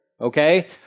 okay